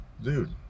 Dude